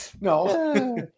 No